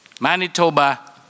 Manitoba